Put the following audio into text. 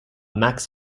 max